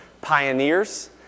Pioneers